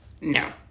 no